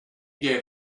gave